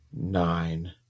Nine